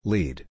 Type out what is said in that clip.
Lead